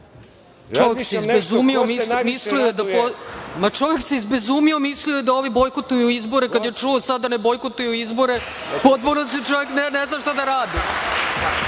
Čovek se izbezumio, mislio da je ovi bojkotuju izbore, kada je čuo sada da ne bojkotuju izbore, čovek ne zna šta da radi.